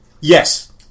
Yes